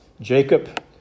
Jacob